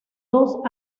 dos